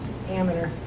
amateur.